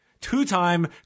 Two-time